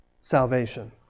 salvation